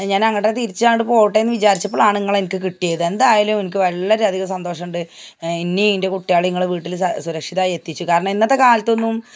ഞാൻ അങ്ങോട്ട് തിരിച്ച് അങ്ങോട്ട് പോട്ടെ എന്നു വിചാരിച്ചപ്പോഴാണ് നിങ്ങളെ എനിക്ക് കിട്ടിയത് എന്തായാലും എനിക്ക് വളരെ അധികം സന്തോഷമുണ്ട് എന്നേയും എൻ്റെ കുട്ടികളെയും നിങ്ങൾ വീട്ടിൽ സുരക്ഷിതമായ് എത്തിച്ചു കാരണം ഇന്നത്തെ കാലത്തൊന്നും